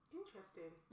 interesting